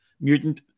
mutant